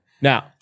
Now